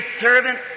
SERVANT